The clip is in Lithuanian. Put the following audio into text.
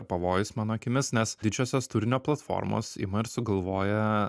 pavojus mano akimis nes didžiosios turinio platformos ima ir sugalvoja